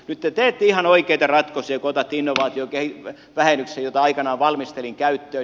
nyt te teette ihan oikeita ratkaisuja kun otatte käyttöön innovaatiovähennyksen jota aikanaan valmistelin jnp